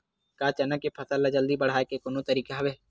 का चना के फसल ल जल्दी बढ़ाये के कोनो तरीका हवय?